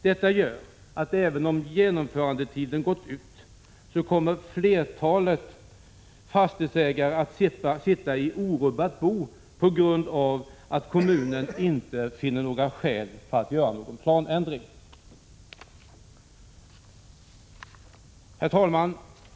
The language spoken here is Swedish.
Detta gör att även om genomförandetiden gått ut kommer flertalet fastighetsägare att sitta i orubbat bo på grund av att kommunen inte finner skäl att göra någon planändring. Herr talman!